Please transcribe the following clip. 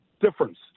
difference